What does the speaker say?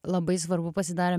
labai svarbu pasidarė